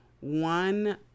one